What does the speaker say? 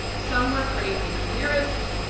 some were craven careerists,